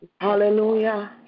Hallelujah